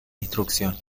instrucción